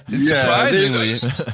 surprisingly